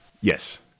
yes